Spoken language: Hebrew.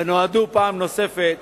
ונועדו פעם נוספת,